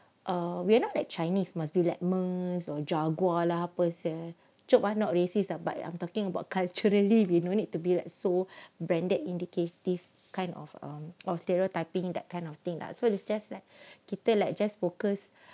uh we're not that chinese must be like Mercedes-Benz or Jaguar lah [pe] seh joke ah I'm not racist [tau] but I'm talking about culturally we no need to be like so branded indicative kind of of stereotyping that kind of thing lah so it was just like kita like just focus